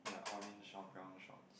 ya orange short brown shorts